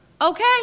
okay